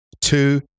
two